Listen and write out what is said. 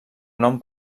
nom